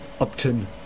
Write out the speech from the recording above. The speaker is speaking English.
Upton